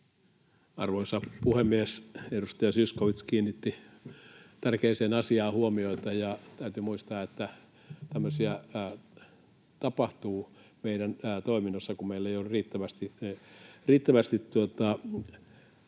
Arvoisa puhemies! Edustaja Zyskowicz kiinnitti tärkeään asiaan huomiota, ja täytyy muistaa, että tämmöisiä tapahtuu meidän toiminnassamme, kun meillä ei ehkä ole riittävästi